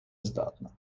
здатна